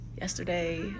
Yesterday